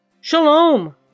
Shalom